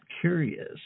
curious